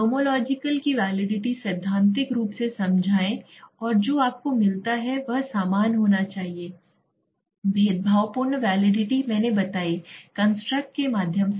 nomological की validity सैद्धांतिक रूप से समझाएं और जो आपको मिलता है वह समान होना चाहिए भेदभावपूर्ण वैलिडिटी मैंने बताई कंस्ट्रक्ट के माध्यम से